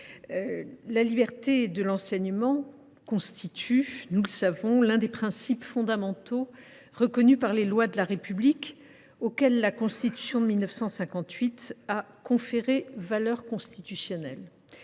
la liberté de l’enseignement constitue l’un des principes fondamentaux reconnus par les lois de la République, auxquels la Constitution de 1958 a conféré valeur constitutionnelle.